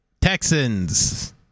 Texans